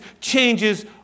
changes